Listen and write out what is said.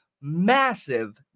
massive